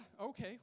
okay